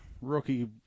Rookie